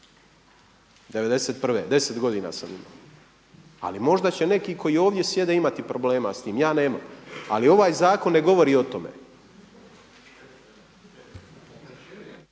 prve deset godina sam imao. Ali možda će neki koji ovdje sjede imati problema s tim, ja nemam. Ali ovaj zakon ne govori o tome.